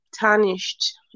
tarnished